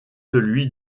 celui